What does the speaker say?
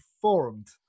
formed